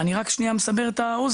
אני רק מסבר את האוזן,